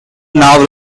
now